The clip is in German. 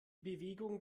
bewegung